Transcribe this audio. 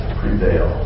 prevail